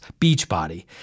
Beachbody